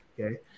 okay